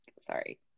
sorry